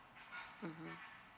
mmhmm